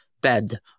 bed